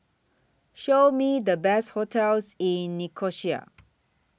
Show Me The Best hotels in Nicosia